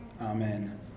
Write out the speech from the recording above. amen